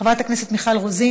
חבר הכנסת יהודה גליק,